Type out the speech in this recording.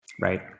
Right